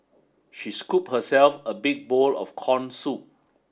she scoop herself a big bowl of corn soup